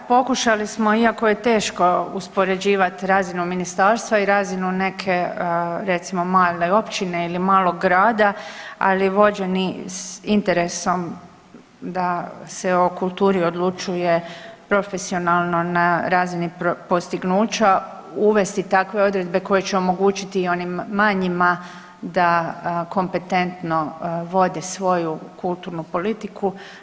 Da, pokušali smo iako je teško uspoređivati razinu ministarstva i razinu neke recimo male općine ili malog grada, ali vođeni interesom da se o kulturi odlučuje profesionalno na razini postignuća uvesti takve odredbe koje će omogućiti i onim manjima da kompetentno vode svoju kulturnu politiku.